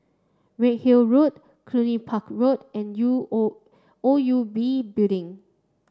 Redhill Road Cluny Park Road and U O O U B Building